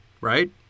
Right